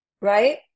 right